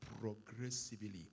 Progressively